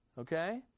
Okay